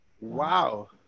Wow